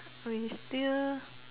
we still